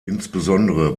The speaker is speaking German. insbesondere